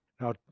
Now